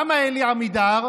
למה אלי עמידר?